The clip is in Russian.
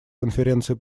конференции